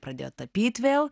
pradėjot tapyt vėl